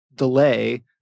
delay